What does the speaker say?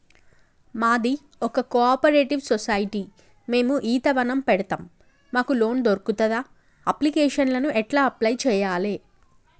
మాది ఒక cooperative society మేము ఈత వనం పెడతం మాకు లోన్ దొర్కుతదా? అప్లికేషన్లను ఎట్ల అప్లయ్ చేయాలే?